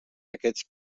aquests